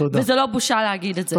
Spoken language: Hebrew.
וזו לא בושה להגיד את זה.